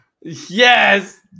yes